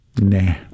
nah